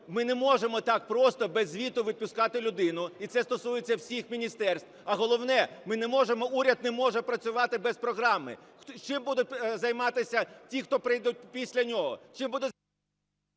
Ми не можемо так просто, без звіту, випускати людину. І це стосується всіх міністерств. А головне, ми не можемо, уряд не може працювати без програми. Чим будуть займатися ті, хто прийдуть після нього?